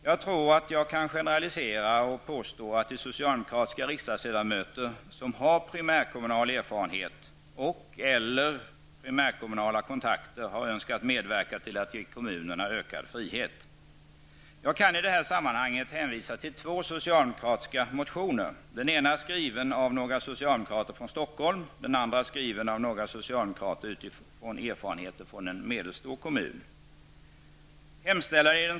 Jag tror att jag kan generalisera och påstå att de socialdemokratiska riksdagsledamöter som har primärkommunal erfarenhet och/eller primärkommunala kontakter har önskat medverka till att ge kommunerna ökad frihet. Jag kan i det här sammanhanget hänvisa till två socialdemokratiska motioner. Den ena är väckt av några socialdemokrater från Stockholm, och den andra är väckt av socialdemokratiska riksdagsledamöter med erfarenheter från en medelstor kommun.